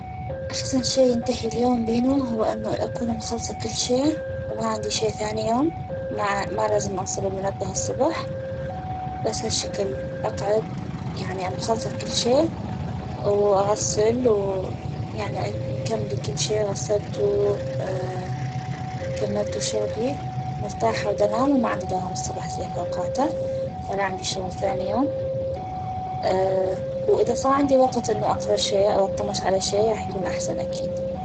أحسن شئ ينتهي اليوم بينو هو أنو أكون مخلصة كل شئ وما عندي شئ ثاني يوم ما لازم انصب المنبه الصبح بس هالشكل أقعد يعني مخلصة كل شئ وأغسل ويعني مكملي كل شئ غسلتو كملتو شغلي مرتاحة ودنام وما عندي شغل الصبح زي فوقاتا ولا عندي شغل ثاني يوم وإذا صار عندي وقت أنو أقرأ شئ أو أطمش على شئ رح يكون أحسن أكيد